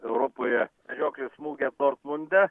europoje medžioklės mugę dortmunde